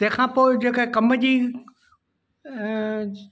तंहिंखां पोइ जेका कम जी